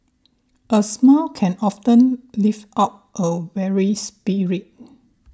a smile can often lift up a weary spirit